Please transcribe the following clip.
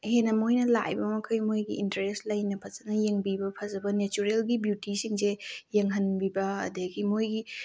ꯍꯦꯟꯅ ꯃꯣꯏꯅ ꯂꯥꯛꯏꯕ ꯃꯈꯩ ꯃꯣꯏꯒꯤ ꯏꯟꯇꯔꯦꯁ ꯂꯩꯅ ꯐꯖꯅ ꯌꯦꯡꯕꯤꯕ ꯐꯖꯕ ꯅꯦꯆꯔꯦꯜꯒꯤ ꯕ꯭ꯌꯨꯇꯤꯁꯤꯡꯁꯤ ꯌꯦꯡꯍꯟꯕꯤꯕ ꯑꯗꯨꯗꯒꯤ ꯃꯣꯏꯒꯤ